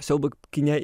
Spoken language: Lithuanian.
siaubo kine